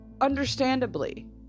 understandably